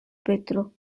petro